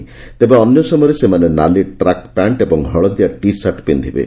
ଡେବେ ଅନ୍ୟ ସମୟରେ ସେମାନେ ନାଲି ଟ୍ରାକ୍ ପ୍ୟାଣ୍କ୍ ଏବଂ ହଳଦିଆ ଟି ସାର୍ଟ୍ ପିକ୍ଷିବେ